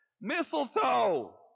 mistletoe